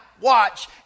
watch